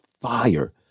fire